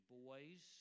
boys